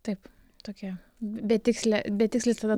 taip tokia betikslė betikslis tada